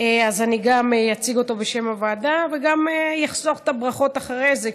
אז אני גם אציג אותו בשם הוועדה וגם אחסוך את הברכות אחרי זה,